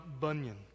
Bunyan